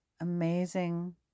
amazing